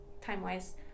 time-wise